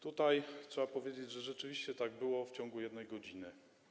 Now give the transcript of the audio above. Trzeba powiedzieć, że rzeczywiście tak było w ciągu jednej godziny.